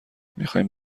میخایم